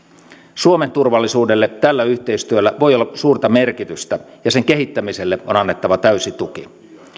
suomen turvallisuudelle tällä yhteistyöllä voi olla suurta merkitystä ja sen kehittämiselle on annettava täysi tuki